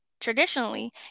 traditionally